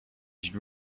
should